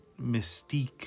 mystique